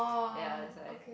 ya that's why